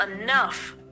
enough